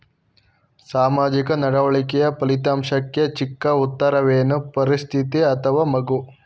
ಸಾಮಾಜಿಕ ನಡವಳಿಕೆಯ ಫಲಿತಾಂಶಕ್ಕೆ ಚಿಕ್ಕ ಉತ್ತರವೇನು? ಪರಿಸ್ಥಿತಿ ಅಥವಾ ಮಗು?